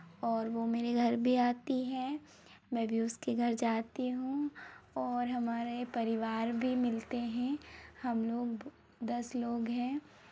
और वो मेरे घर भी आती है मैं भी उसके घर जाती हूँ और हमारे परिवार भी मिलते हैं हम लोग दस लोग हैं